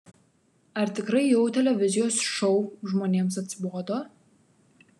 ar tikrai jau televizijos šou žmonėms atsibodo